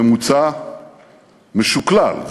ממוצע משוקלל,